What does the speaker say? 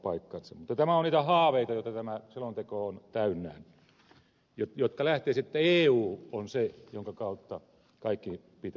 mutta tämä on niitä haaveita joita tämä selonteko on täynnä joka lähtee siitä että eu on se jonka kautta kaiken pitää tapahtua